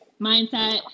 mindset